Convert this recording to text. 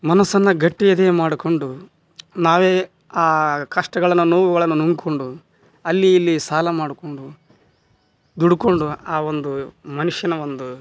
ಮನಸ್ಸನ್ನು ಗಟ್ಟಿ ಎದೆಯ ಮಾಡ್ಕೊಂಡು ನಾವೇ ಆ ಕಷ್ಟಗಳನ್ನು ನೋವುಗಳನ್ನು ನುಂಗ್ಕೊಂಡು ಅಲ್ಲಿ ಇಲ್ಲಿ ಸಾಲ ಮಾಡ್ಕೊಂಡು ದುಡ್ಕೊಂಡು ಆ ಒಂದು ಮನುಷ್ಯನ ಒಂದು